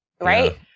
right